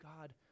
God